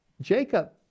Jacob